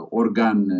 organ